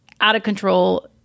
out-of-control